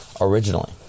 originally